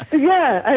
yeah,